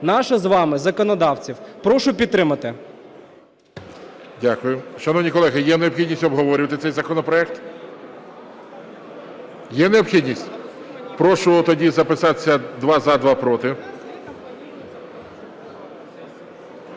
наша з вами, законодавців. Прошу підтримати. ГОЛОВУЮЧИЙ. Дякую. Шановні колеги! Є необхідність обговорювати цей законопроект? Є необхідність? Прошу тоді записатись: два - за, два - проти.